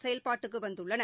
செயல்பாட்டுக்குவந்துள்ளன